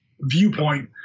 viewpoint